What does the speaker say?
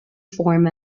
form